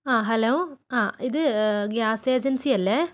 ആ ഹലോ ആ ഇത് ഗ്യാസ് ഏജൻസിയല്ലേ